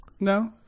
No